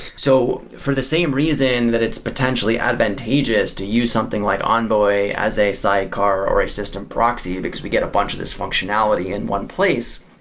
so, for the same reason that it's potentially advantageous to use something like envoy as a sidecar or a system proxy, because we get a bunch of these functionality in one place.